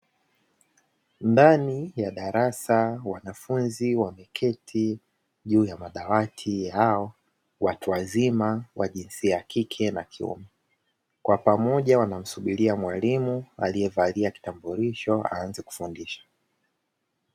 Ndani ya darasa, wanafunzi wameketi juu ya madawati yao, watu wazima wa jinsia ya kike na kiume, kwa pamoja wanamsubiria mwalimu aliyevalia kitambulisho aanze kufundisha.